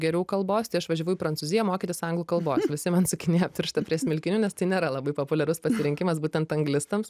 geriau kalbos tai aš važiavau į prancūziją mokytis anglų kalbos visi man sukinėja pirštą prie smilkinių nes tai nėra labai populiarus pasirinkimas būtent anglistams